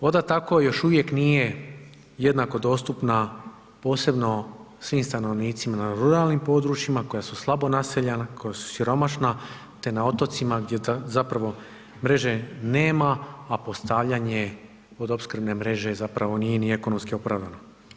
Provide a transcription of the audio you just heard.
Voda tako još uvijek nije jednako dostupna, posebno svim stanovnicima na ruralnim područjima koji su slabo naseljena, koja su siromašna te na otocima gdje zapravo mreže nema, a postavljanje vodoopskrbne mreže zapravo nije ni ekonomski opravdano.